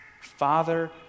Father